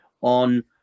on